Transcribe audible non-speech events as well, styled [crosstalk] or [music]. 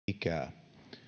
[unintelligible] ikää